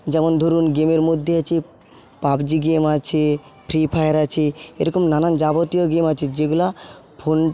যেমন ধরুন গেমের মধ্যে আছে পাবজি গেম আছে ফ্রী ফায়ার আছে এরকম নানান যাবতীয় গেম আছে যেগুলা ফোন